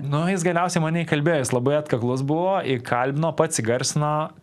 nu jis galiausiai mane įkalbėjo jis labai atkaklus buvo įkalbino pats įgarsino